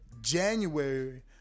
January